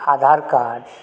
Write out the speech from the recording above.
Aadhaar card